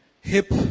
hip